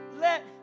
Let